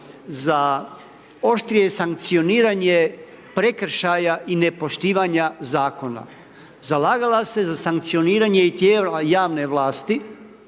za oštrije sankcioniranje prekršaja i nepoštivanja zakona, zalagala se za sankcioniranje i tijela javne vlasti,